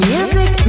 Music